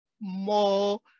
more